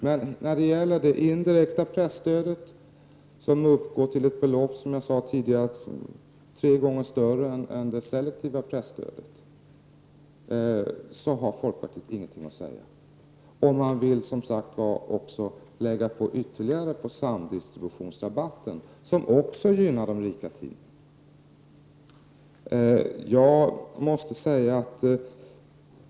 Men när det gäller det indirekta presstödet, vilket som jag sade tidigare uppgår till ett belopp som är tre gånger större än det selektiva presstödet, har folkpartiet ingenting att säga. Man vill dessutom som sagt lägga på ytterligare på samdistributionsrabatten, som också gynnar de rika tidningarna.